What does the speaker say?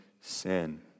sin